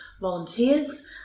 volunteers